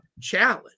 Challenge